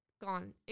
gone